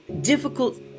difficult